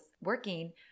working